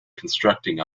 constructing